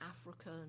African